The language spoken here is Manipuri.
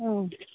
ꯎꯝ